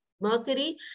Mercury